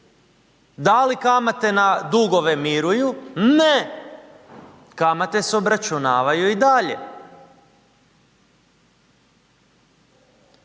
da li kamate na dugove miruju? Ne, kamate se obračunavaju i dalje.